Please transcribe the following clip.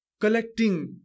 collecting